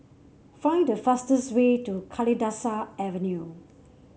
find the fastest way to Kalidasa Avenue